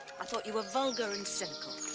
i thought you were vulgar and cynical.